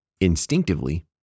Instinctively